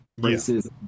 racism